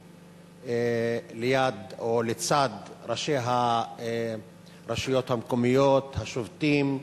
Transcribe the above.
ליד או לצד ראשי הרשויות המקומיות השובתות.